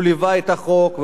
הוא ליווה את החוק,